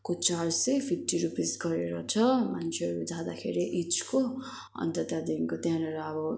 charge चाहिँ fifty rupees गरेर छ मान्छेहरू जाँदाखेरि इचको अन्त त्यहाँदेखिको त्यहाँनिर अब